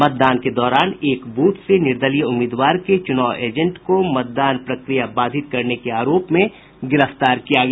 मतदान के दौरान एक बूथ से निर्दलीय उम्मीदवार के चुनाव एजेंट को मतदान प्रक्रिया बाधित करने के आरोप में गिरफ्तार किया गया